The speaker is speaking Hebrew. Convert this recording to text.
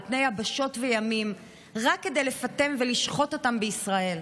פני יבשות וימים רק כדי לפטם ולשחוט אותם בישראל.